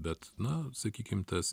bet na sakykim tas